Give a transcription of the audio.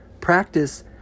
practice